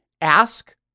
ask